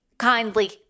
kindly